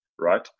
right